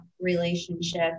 relationship